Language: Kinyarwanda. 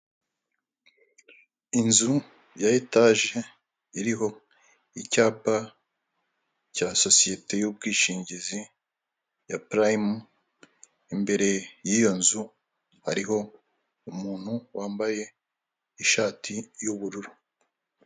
Inzu ya etaje iriho icyapa cya sosiyete y'ubwishingizi ya prime, imbere y'iyo nzu hariho umuntu wambaye ishati y'ubururu.